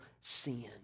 sin